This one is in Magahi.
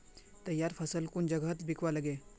तैयार फसल कुन जगहत बिकवा लगे?